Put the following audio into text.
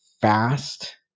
fast